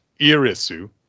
Irisu